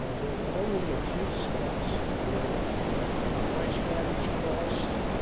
there were only a few spots where rice paddies crossed